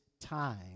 time